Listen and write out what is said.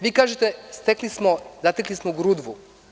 Vi kažete – zatekli smo grudvu.